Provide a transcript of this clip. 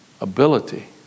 Ability